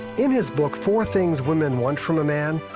in his book, four things women want from a man,